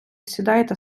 сідайте